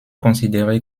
considéré